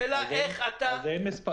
השאלה איך אתה --- אז אין מס'